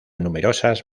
numerosas